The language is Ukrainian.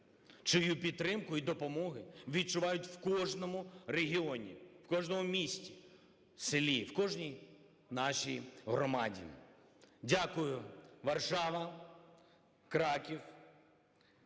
чию підтримку і допомогу відчувають в кожному регіоні, в кожному місті, селі, в кожній нашій громаді. Дякую, Варшава, Краків.